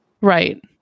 Right